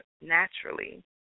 naturally